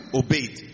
obeyed